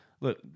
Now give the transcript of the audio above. look